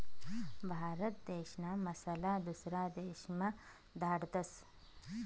भारत देशना मसाला दुसरा देशमा धाडतस